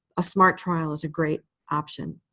a smart trial is a great option.